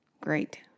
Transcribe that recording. Great